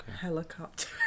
Helicopter